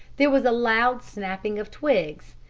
there was a loud snapping of twigs,